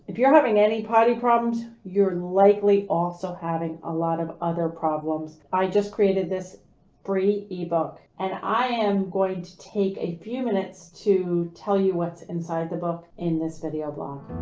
if you're having any potty problems, you're likely also having a lot of other problems. i just created this free ebook and i am going to take a few minutes to tell you what's inside the book in this video blog.